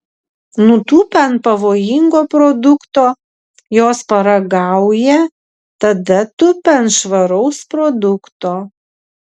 nutūpę ant pavojingo produkto jos paragauja tada tupia ant švaraus produkto